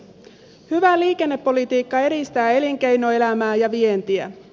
hyvä liikennepolitiikka edistää elinkeinoelämää ja vientiä